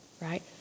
right